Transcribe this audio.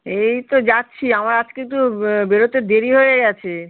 এই তো যাচ্ছি আমার আজকে একটু বেরোতে দেরি হয়ে গিয়েছে